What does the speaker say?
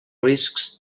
riscs